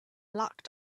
locked